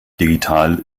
digital